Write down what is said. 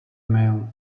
mail